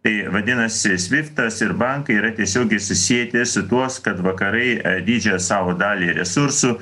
tai vadinasi sviftas ir bankai yra tiesiogiai susieti su tuos kad vakarai didžiąją savo dalį resursų